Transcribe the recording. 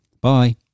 bye